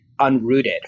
unrooted